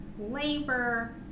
labor